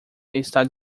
está